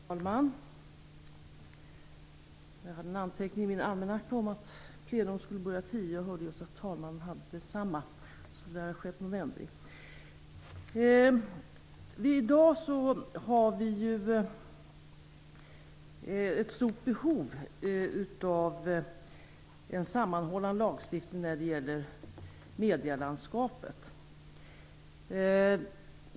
Herr talman! Jag hade en anteckning i min almanacka om att plenum skulle börja kl. 10, och jag hörde just att talmannen hade det samma. Det har tydligen skett någon ändring. I dag har vi ett stort behov av en sammanhållande lagstiftning när det gäller medielandskapet.